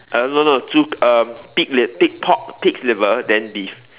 uh no no 猪 um pig liv~ pig pork pig's liver then beef